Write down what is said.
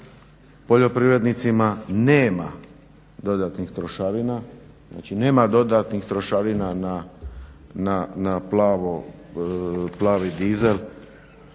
poljoprivrednicima nema dodatnih trošarina, znači nema